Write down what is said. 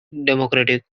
democratic